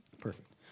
Perfect